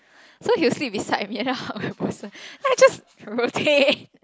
so he will sleep beside me and then I will then I just rotate